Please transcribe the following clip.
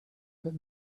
but